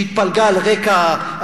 שהתפלגה על רקע,